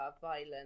violent